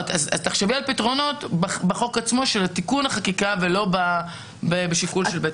תחשבי על פתרונות בחוק עצמו של תיקון החקיקה ולא בשיקול של בית משפט.